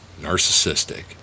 narcissistic